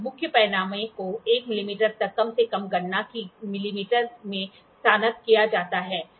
मुख्य पैमाने को 1 मिलीमीटर तक कम से कम गणना में मिलीमीटर में स्नातक किया जाता है